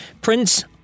Prince